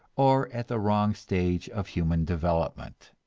or at the wrong stage of human development.